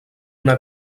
una